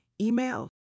email